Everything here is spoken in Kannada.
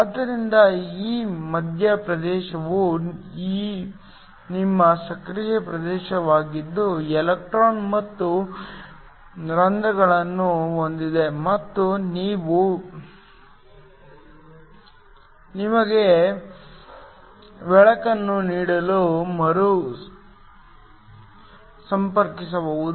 ಆದ್ದರಿಂದ ಈ ಮಧ್ಯ ಪ್ರದೇಶವು ನಿಮ್ಮ ಸಕ್ರಿಯ ಪ್ರದೇಶವಾಗಿದ್ದು ಎಲೆಕ್ಟ್ರಾನ್ ಮತ್ತು ರಂಧ್ರಗಳನ್ನು ಹೊಂದಿದೆ ಮತ್ತು ಇವು ನಿಮಗೆ ಬೆಳಕನ್ನು ನೀಡಲು ಮರುಸಂಪರ್ಕಿಸಬಹುದು